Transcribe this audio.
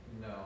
No